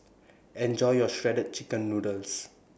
Enjoy your Shredded Chicken Noodles